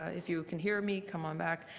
if you can hear me come um back.